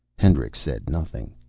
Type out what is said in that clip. hendricks said nothing.